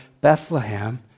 Bethlehem